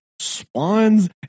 swans